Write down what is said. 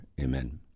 Amen